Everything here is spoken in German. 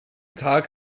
tag